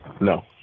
No